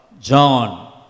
John